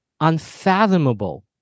unfathomable